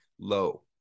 low